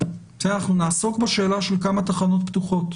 אנחנו נעסוק בשאלה של כמה תחנות פתוחות